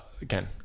again